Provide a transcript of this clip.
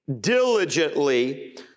diligently